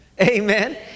Amen